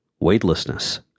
weightlessness